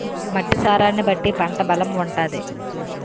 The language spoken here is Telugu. మట్టి సారాన్ని బట్టి పంట బలం ఉంటాది